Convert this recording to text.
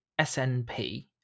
SNP